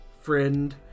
friend